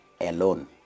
alone